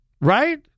Right